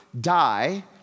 die